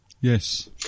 Yes